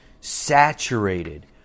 saturated